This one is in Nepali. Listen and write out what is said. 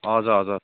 हजुर हजुर